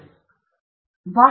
ಆ ಭಾಷೆ ಮತ್ತು ವಿವರಣೆ ಎರಡು ಇವೆ ಸರಿ